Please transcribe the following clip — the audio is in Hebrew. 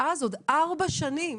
ואז עוד 4 שנים.